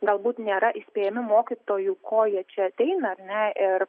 galbūt nėra įspėjami mokytojų ko jie čia ateina ar ne ir